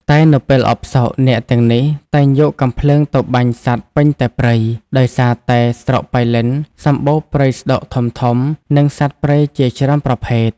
តែនៅពេលអផ្សុក អ្នកទាំងនេះតែងយកកាំភ្លើងទៅបាញ់សត្វពេញតែព្រៃ ដោយសារតែស្រុកប៉ៃលិនសម្បូរព្រៃស្ដុកធំៗនិងសត្វព្រៃជាច្រើនប្រភេទ។